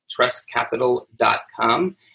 trustcapital.com